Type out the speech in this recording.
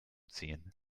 ziehen